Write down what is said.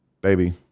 baby